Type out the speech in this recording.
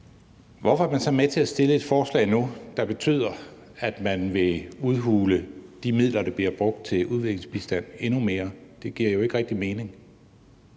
Hvorfor er man så med til at fremsætte et forslag nu, der betyder, at man vil udhule de midler, der bliver brugt til udviklingsbistand, endnu mere? Det giver jo ikke rigtig mening.